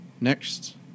Next